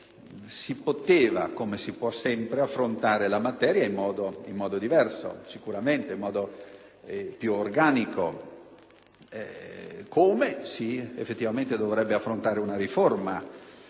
si poteva, come si può sempre, affrontare la materia in modo diverso, sicuramente più organico, come effettivamente si dovrebbe affrontare una riforma;